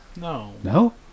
No